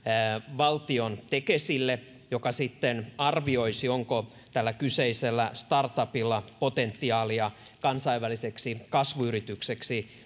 valtion tekesille joka sitten arvioisi onko tällä kyseisellä startupilla potentiaalia kansainväliseksi kasvuyritykseksi